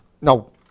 no